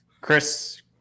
Chris